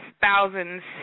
thousands